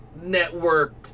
Network